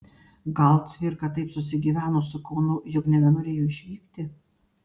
gal cvirka taip susigyveno su kaunu jog nebenorėjo išvykti